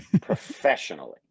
professionally